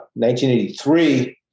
1983